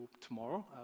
tomorrow